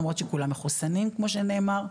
למרות שכולם מחוסנים כמו שנאמר,